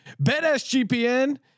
BetSGPN